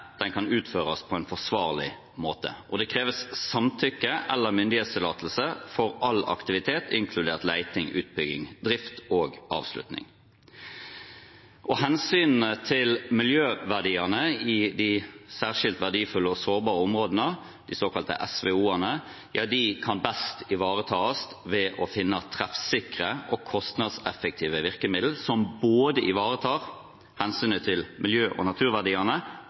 den kan utføres på en forsvarlig måte, og det kreves samtykke eller myndighetstillatelse for all aktivitet, inkludert leting, utbygging, drift og avslutning. Hensynet til miljøverdiene i de særskilt verdifulle og sårbare områdene, de såkalte SVO-ene, kan best ivaretas ved at vi finner treffsikre og kostnadseffektive virkemidler som både ivaretar hensynet til miljø- og naturverdiene